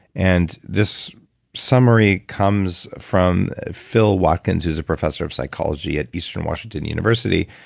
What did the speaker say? and this summary comes from phil watkins, is a professor of psychology at eastern washington university.